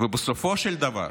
בסופו של דבר,